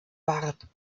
bart